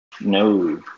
No